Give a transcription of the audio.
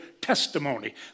testimony